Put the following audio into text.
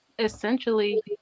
Essentially